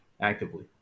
actively